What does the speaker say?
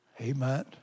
Amen